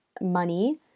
money